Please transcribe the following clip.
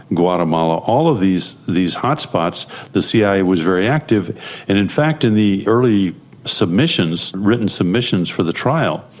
guatemala, all of these these hot-spots the cia was very active, and in fact in the early submissions, written submissions for the trial,